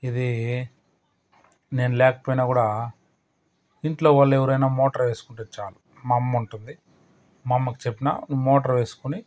ఇది నేను లేకపోయినా కూడా ఇంట్లో వాళ్ళు ఎవరైనా మోటార్ వేసుకుంటే చాలు మా అమ్మ ఉంటుంది మా అమ్మకి చెప్పిన మోటర్ వేసుకుని